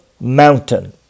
mountain